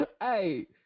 Hey